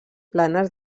planes